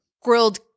Grilled